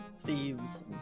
thieves